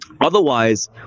Otherwise